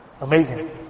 Amazing